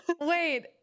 wait